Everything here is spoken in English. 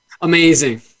Amazing